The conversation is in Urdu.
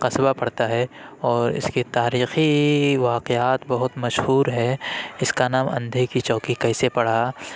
قصبہ پڑتا ہے اور اس کی تاریخی واقعات بہت مشہور ہے اس کا نام اندھے کی چوکی کیسے پڑا